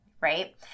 right